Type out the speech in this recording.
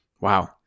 Wow